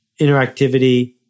interactivity